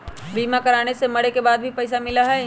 बीमा कराने से मरे के बाद भी पईसा मिलहई?